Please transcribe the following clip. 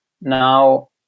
Now